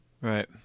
Right